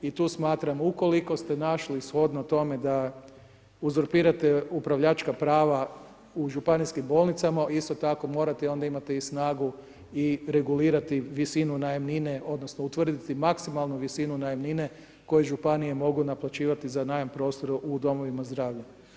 I tu smatram ukoliko ste našli shodno tome da uzurpirate upravljačka prava u županijskim bolnicama isto tako morate onda imate i snagu i regulirati visinu najamnine odnosno utvrditi maksimalnu visinu najamnine koju županije mogu naplaćivati za najam prostora u domovima zdravlja.